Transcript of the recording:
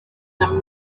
them